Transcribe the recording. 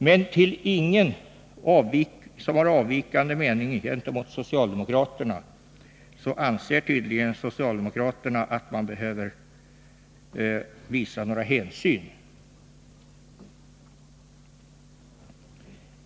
Men socialdemokraterna anser tydligen att man inte behöver visa hänsyn till någon som har avvikande mening gentemot socialdemokraterna.